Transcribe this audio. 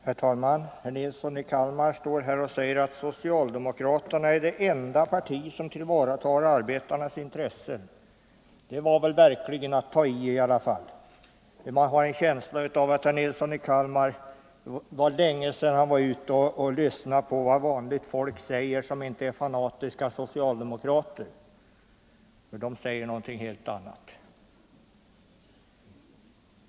Herr talman! Herr Nilsson i Kalmar säger att socialdemokraterna är det enda parti som tillvaratar arbetarnas intressen. Det var väl ändå att ta i i alla fall! Man har en känsla av att det var länge sedan herr Nilsson i Kalmar var ute och lyssnade på vad vanligt folk säger, som inte är fanatiska socialdemokrater. De säger någonting helt annat.